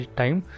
time